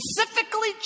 specifically